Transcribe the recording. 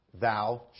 thou